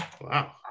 Wow